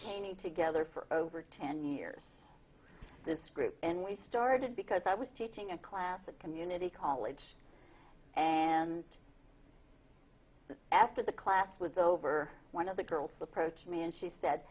hanging together for over ten years this group and we started because i was teaching a class of community college and after the class was over one of the girls approached me and she said